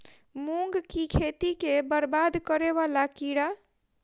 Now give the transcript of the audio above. मूंग की खेती केँ बरबाद करे वला कीड़ा?